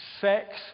sex